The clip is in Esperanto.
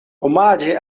omaĝe